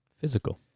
Physical